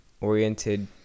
oriented